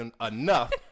enough